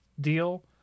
deal